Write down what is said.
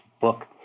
book